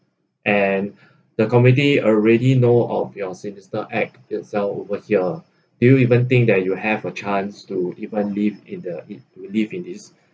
and the committee already know of your sinister act itself over here do you even think that you have a chance to even live in the to live in this